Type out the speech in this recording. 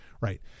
Right